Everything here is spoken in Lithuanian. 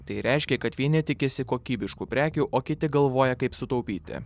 tai reiškia kad vieni tikisi kokybiškų prekių o kiti galvoja kaip sutaupyti